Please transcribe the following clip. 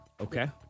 Okay